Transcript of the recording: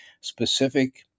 specific